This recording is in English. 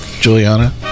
Juliana